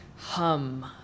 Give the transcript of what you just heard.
hum